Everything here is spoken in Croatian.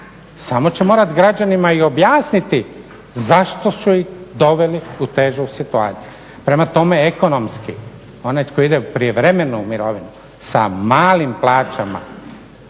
Samo će morati građanima i objasniti zašto su ih doveli u težu situaciju. Prema tome, ekonomski onaj koji ide prijevremeno u mirovinu sa malim plaćama